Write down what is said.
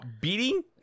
beating